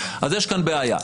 אז יש כאן בעיה.